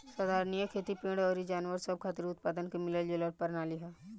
संधारनीय खेती पेड़ अउर जानवर सब खातिर उत्पादन के मिलल जुलल प्रणाली ह